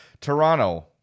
Toronto